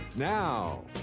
Now